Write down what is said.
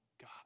God